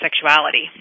sexuality